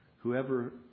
Whoever